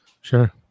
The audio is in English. Sure